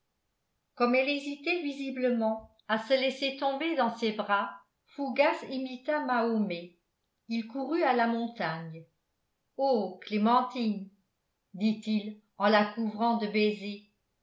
comme elle hésitait visiblement à se laisser tomber dans ses bras fougas imita mahomet il courut à la montagne ô clémentine dit-il en la couvrant de baisers